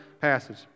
passage